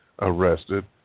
arrested